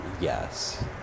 yes